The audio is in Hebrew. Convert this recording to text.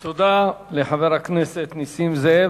תודה לחבר הכנסת נסים זאב.